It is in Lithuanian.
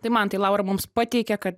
tai mantai laura mums pateikė kad